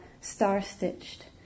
star-stitched